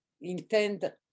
intend